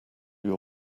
your